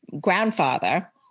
grandfather